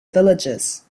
villages